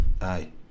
Aye